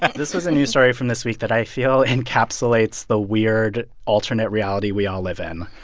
this was a news story from this week that i feel encapsulates the weird alternate reality we all live in,